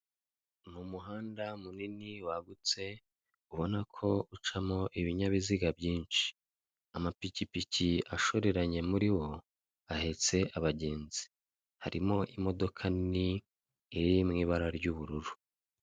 Mu muhanda munini wagutse ubonako ucamo ibinyabiziga byinshi, amapikipiki ashoreranye muri wo ahetse abagenzi, harimo imodoka nini iri mu ibara ry'ubururu.